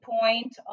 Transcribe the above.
point